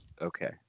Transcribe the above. okay